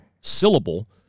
syllable